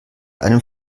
einem